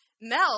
Mel